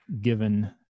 given